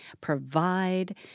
provide